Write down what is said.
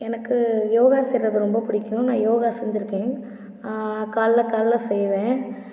எனக்கு யோகா செய்கிறது ரொம்ப பிடிக்கும் நான் யோகா செஞ்சுருக்கேன் காலையில் காலையில் செய்வேன்